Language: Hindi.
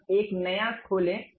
अब एक नया खोलें